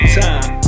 time